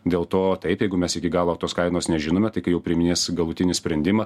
dėl to taip jeigu mes iki galo tos kainos nežinome tai kai jau priiminės galutinį sprendimą